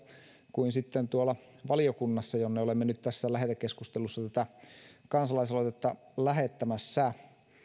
kuin sitten tuolla valiokunnassa jonne olemme nyt tässä lähetekeskustelussa tätä kansalaisaloitetta lähettämässä on ollut